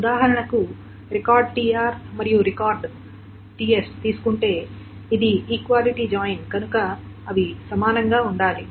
ఉదాహరణకు record tr మరియు record ts తీసుకుంటే ఇది ఈక్వాలిటీ జాయిన్ కనుక అవి సమానంగా ఉండాలి